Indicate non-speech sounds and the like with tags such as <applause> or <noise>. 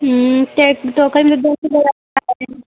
<unintelligible>